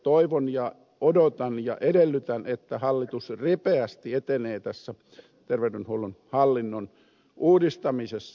toivon ja odotan ja edellytän että hallitus ripeästi etenee tässä ter veydenhuollon hallinnon uudistamisessa